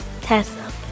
Tesla